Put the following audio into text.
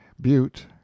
Butte